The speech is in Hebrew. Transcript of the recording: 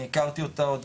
אני הכרתי אותה עוד